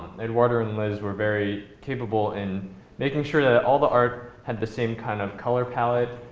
eduardo and liz were very capable in making sure that all the art had the same kind of color palate,